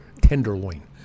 tenderloin